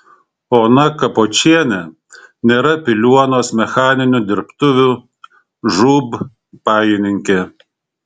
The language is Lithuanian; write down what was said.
ona kapočienė nėra piliuonos mechaninių dirbtuvių žūb pajininkė